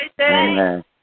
Amen